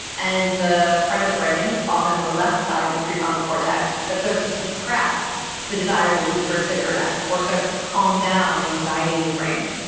and the part of the brain, often the left side of the prefrontal cortex that starts to suppress the desire to reach for a cigarette or starts to calm down the anxiety in your brain.